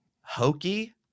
hokey